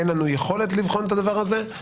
אין לנו יכולת לבחון את הדבר הזה.